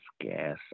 gas